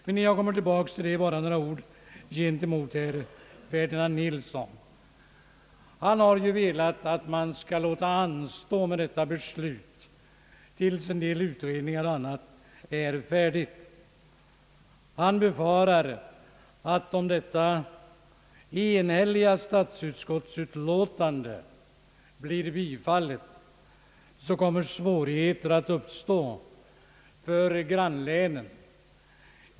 Jag återkommer till detta och vill nu först säga några ord till herr Ferdinand Nilsson. Herr Nilsson vill att man skall låta anstå med detta beslut tills en del ut redningar är färdiga. Han befarar att om detta enhälliga statsutskottsutlåtande blir bifallet kommer svårigheter att uppstå för grannlänen.